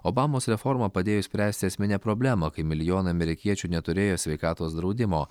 obamos reforma padėjo išspręsti esminę problemą kai milijonai amerikiečių neturėjo sveikatos draudimo